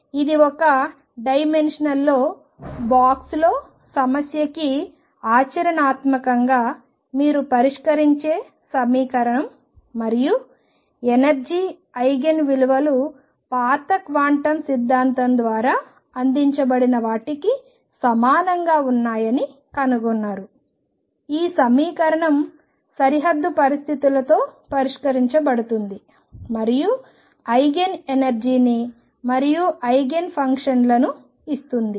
కాబట్టి ఇది ఒక డైమెన్షనల్ లో బాక్స్ లో సమస్య కి ఆచరణాత్మకంగా మీరు పరిష్కరించే సమీకరణం మరియు ఎనర్జీ ఐగెన్ విలువలు పాత క్వాంటం సిద్ధాంతం ద్వారా అందించబడిన వాటికి సమానంగా ఉన్నాయని కనుగొన్నారు ఈ సమీకరణం సరిహద్దు పరిస్థితులతో పరిష్కరించబడుతుంది మరియు ఐగెన్ ఎనర్జీని మరియు ఐగెన్ ఫంక్షన్లను ఇస్తుంది